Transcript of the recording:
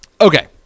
Okay